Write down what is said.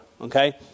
Okay